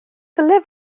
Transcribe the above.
dylai